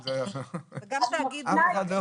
גם תאגיד הוא אדם.